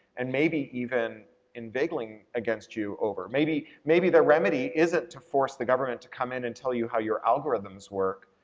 and maybe even inveigling against you over. maybe maybe the remedy isn't to force the government to come in and tell you how your algorithms work,